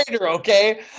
okay